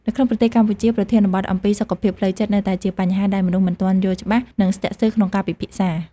នៅក្នុងប្រទេសកម្ពុជា ប្រធានបទអំពីសុខភាពផ្លូវចិត្តនៅតែជាបញ្ហាដែលមនុស្សមិនទាន់យល់ច្បាស់ និងស្ទាក់ស្ទើរក្នុងការពិភាក្សា។